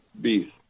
beef